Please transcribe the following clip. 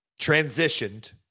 transitioned